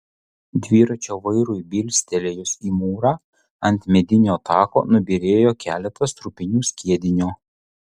dviračio vairui bilstelėjus į mūrą ant medinio tako nubyrėjo keletas trupinių skiedinio